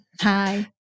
Hi